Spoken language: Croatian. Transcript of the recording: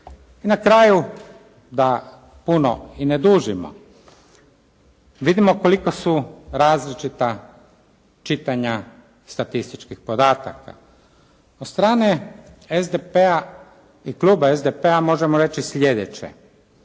Na kraju da puno i ne dužimo, vidimo koliko su različita čitanja statističkih podataka. Od strane SDP-a i kluba SDP-a možemo reći sljedeće.